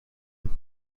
him